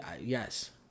yes